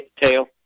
Tail